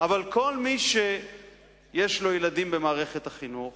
כל מי שיש לו ילדים במערכת החינוך,